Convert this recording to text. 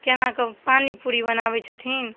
कोनाकऽ पानी पूड़ी बनाबै छथिन